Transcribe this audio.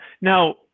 Now